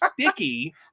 Sticky